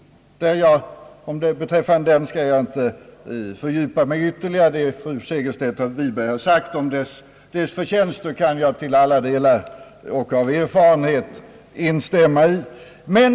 Jag skall inte fördjupa mig ytterligare i denna undervisning. Jag kan till alla delar instämma i vad fru Segerstedt Wiberg har sagt om dess förtjänster.